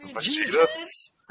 Jesus